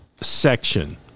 section